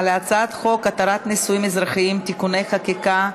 על הצעת חוק התרת נישואין אזרחיים (תיקוני חקיקה),